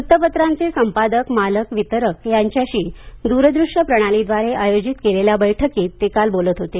वृत्तपत्रांचे संपादक मालक वितरक यांच्याशी द्रदृश्य प्रणालीद्वारे आयोजित केलेल्या बैठकीत ते काल बोलत होते